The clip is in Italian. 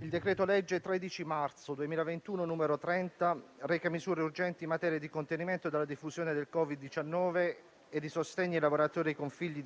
il decreto-legge 13 marzo 2021, n. 30, reca misure urgenti in materia di contenimento della diffusione del Covid-19 e di sostegno ai lavoratori con figli